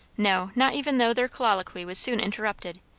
no, not even though their colloquy was soon interrupted,